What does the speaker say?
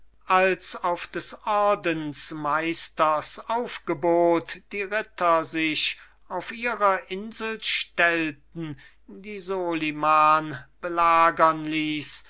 als auf des ordensmeisters aufgebot die ritter sich auf ihrer insel stellten die soliman belagern ließ